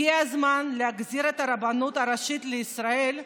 הגיע הזמן להחזיר את הרבנות הראשית לישראל,